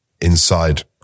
inside